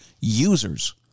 users